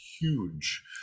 huge